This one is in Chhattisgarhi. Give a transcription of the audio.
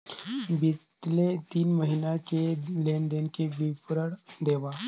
बितले तीन महीना के लेन देन के विवरण देवा?